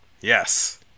yes